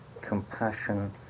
compassion